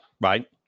right